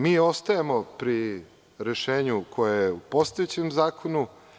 Mi ostajemo pri rešenju koje je u postojećem zakonu.